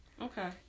Okay